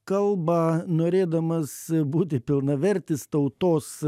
kalba norėdamas būti pilnavertis tautos